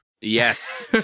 Yes